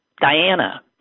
Diana